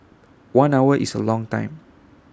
one hour is A long time